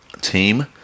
team